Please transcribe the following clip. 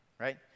Right